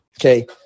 Okay